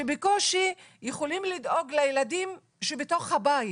שבקושי יכולים לדאוג לילדים שבתוך הבית,